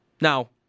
Now